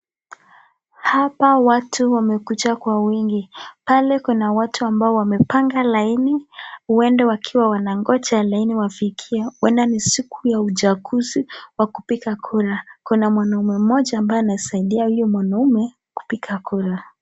Hapa watu wamekuja kwa wingi. Pale kuna watu ambao wamepanga laini uenda wakiwa wanangoja laini iwafikie. Uenda ni siku ya uchaguzi wa kupiga kura. Kuna mwanaume mmoja ambaye anasaidia huyo mwanaume kupiga kura.